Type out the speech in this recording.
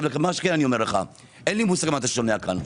מה שכן, אין לי מושג מה אתה שומע כאן.